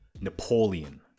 Napoleon